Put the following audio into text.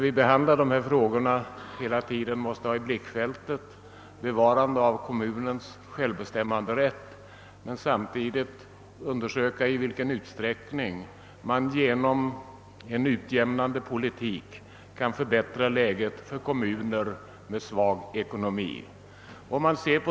Vi måste hela tiden ha i blickfältet att kommunernas självbestämmanderätt skall bevaras. Samtidigt måste vi undersöka i vilken utsträckning vi genom en utjämnande politik kan förbättra läget för kommuner med svag ekonomi.